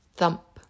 Thump